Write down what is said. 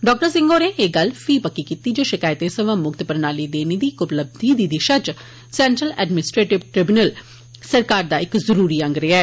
डॉ सिंह होरें एह् गल्ल पही पक्की कीती जे शकैतें थमां मुक्त प्रणाली देने दी इक उपलब्यी दा दिशा च सैंअ्रल एडमिनस्ट्रेशन ट्रिबुनल सरकारै दा इक जरूरी अंग रेआ ऐ